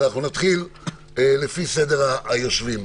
אז נתחיל לפי סדר היושבים,